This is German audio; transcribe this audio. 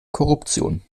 korruption